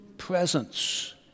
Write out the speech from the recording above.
presence